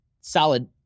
Solid